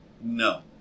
No